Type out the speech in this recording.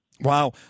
Wow